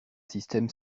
système